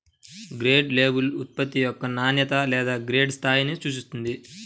grade label ఉత్పత్తి యొక్క నాణ్యత లేదా గ్రేడ్ స్థాయిని సూచిస్తుంది